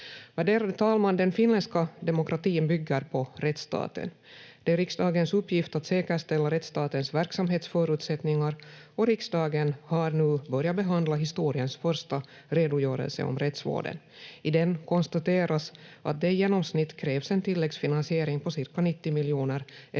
Värderade talman! Den finländska demokratin bygger på rättsstaten. Det är riksdagens uppgift att säkerställa rättsstatens verksamhetsförutsättningar och riksdagen har nu börjat behandla historiens första redogörelse om rättsvården. I den konstateras att det i genomsnitt krävs en tilläggsfinansiering på cirka 90 miljoner